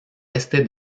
este